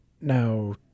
Now